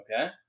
Okay